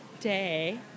day